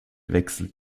wechselt